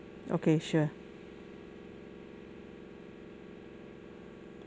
okay sure